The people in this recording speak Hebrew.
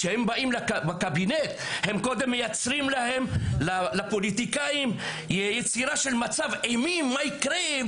כשהם באים לקבינט הם קודם מייצרים לפוליטיקאים מיצג אימים על מה שיקרה.